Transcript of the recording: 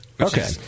Okay